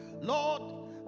Lord